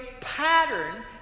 pattern